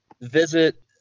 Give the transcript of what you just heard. visit